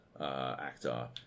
actor